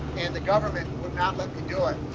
and the government would not let me do it.